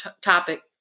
topic